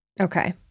Okay